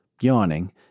yawning